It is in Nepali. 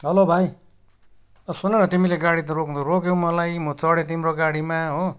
हेलो भाइ सुन न तिमीले गाडी त रोक्नु त रोक्यौँ मलाई म चडेँ तिम्रो गाडीमा हो